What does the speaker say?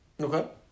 Okay